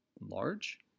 large